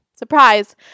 surprise